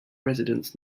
residence